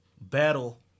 battle